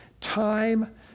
time